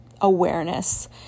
awareness